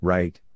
Right